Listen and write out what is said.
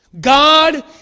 God